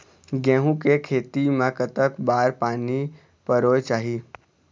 गेहूं के खेती मा कतक बार पानी परोए चाही?